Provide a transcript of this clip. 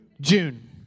June